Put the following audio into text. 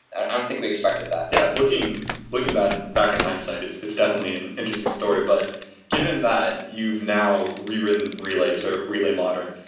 i don't think we expected that. yeah, looking looking back and back in hindsight, it's it's definitely an interesting story, but given that you've now rewritten relay to relay modern,